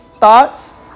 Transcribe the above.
thoughts